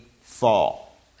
fall